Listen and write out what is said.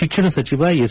ಶಿಕ್ಷಣ ಸಚಿವ ಎಸ್